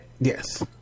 Yes